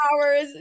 hours